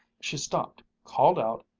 she stopped, called out,